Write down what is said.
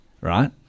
right